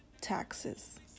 taxes